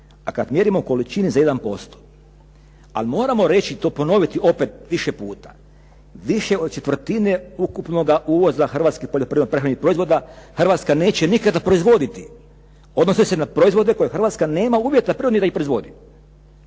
a kada mjerimo u količini za 1%. Ali moramo reći i ponoviti opet više puta. Više od četvrtine ukupnoga uvoza hrvatske poljoprivredno prehrambenih proizvoda Hrvatska neće nikada proizvoditi, odnose se na proizvode koje Hrvatska nema uvjeta … ni da ih proizvodi.